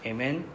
Amen